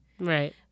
Right